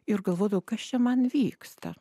ir galvodavau kas čia man vyksta